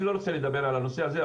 אני לא רוצה לדבר על הנושא הזה,